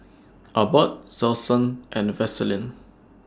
Abbott Selsun and Vaselin